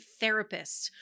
therapists